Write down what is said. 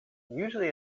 usually